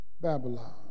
Babylon